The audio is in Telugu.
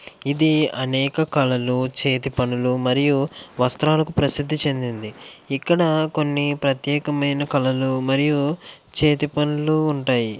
ఇది అనేక కళలు చేతి పనులు మరియు వస్త్రాలకు ప్రసిద్ధి చెందింది ఇక్కడ కొన్ని ప్రత్యేకమైన కళలు మరియు చేతి పనులు ఉంటాయి